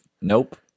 Nope